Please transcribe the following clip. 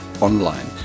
online